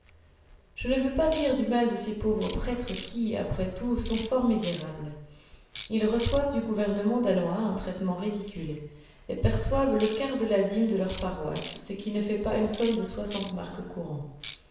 je ne veux pas dire du mal de ces pauvres prêtres qui après tout sont fort misérables ils reçoivent du gouvernement danois un traitement ridicule et perçoivent le quart de la dîme de leur paroisse ce qui ne fait pas une somme de soixante marks courants